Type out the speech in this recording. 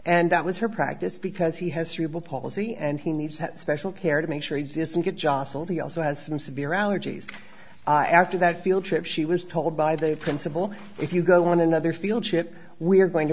and that was her practice because he has cerebral palsy and he needs that special care to make sure exists and get jostled he also has some severe allergies after that field trip she was told by the principal if you go on another field trip we're going to